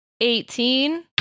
Eighteen